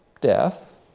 Death